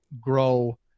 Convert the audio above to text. grow